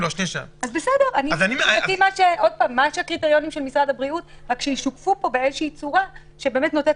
צריך שהקריטריונים של משרד הבריאות ישוקפו פה בצורה שנותנת